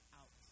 out